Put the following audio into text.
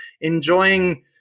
enjoying